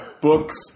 Books